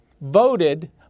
voted